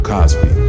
Cosby